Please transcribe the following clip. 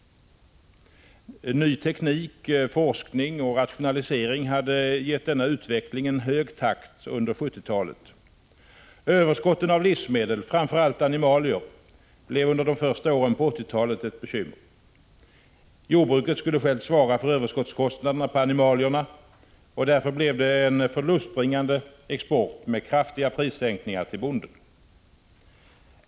Ny teknik, forskning och rationalisering hade givit denna utveckling en hög takt under 1970-talet. Överskotten av livsmedel, framför allt animalier, blev under de första åren på 1980-talet ett bekymmer. Jordbruket skulle självt svara för överskottskostnaderna på animalierna, och därför blev det en förlustbringande export med kraftiga prissänkningar till bonden.